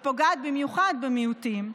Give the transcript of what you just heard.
ופוגעת במיוחד במיעוטים.